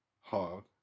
hard